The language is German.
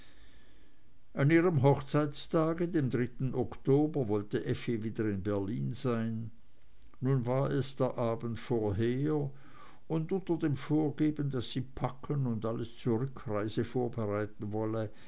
an ihrem hochzeitstag dem dritten oktober wollte effi wieder in berlin sein nun war es der abend vorher und unter dem vorgeben daß sie packen und alles zur rückreise vorbereiten wolle